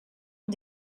ont